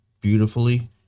beautifully